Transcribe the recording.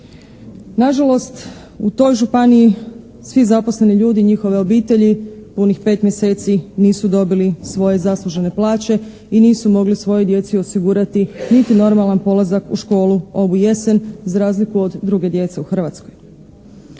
Nažalost u toj županiji svi zaposleni ljudi i njihove obitelji punih 5 mjeseci nisu dobili svoje zaslužene plaće i nisu mogli svojoj djeci osigurati niti normalan polazak u školu ovu jesen za razliku od druge djece u Hrvatskoj.